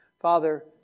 Father